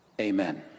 Amen